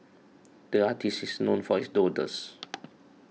the artist is known for his doodles